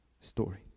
story